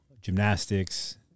gymnastics